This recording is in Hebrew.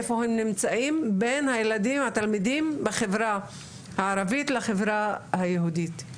איפה הם נמצאים בין התלמידים בחברה הערבית לחברה היהודית.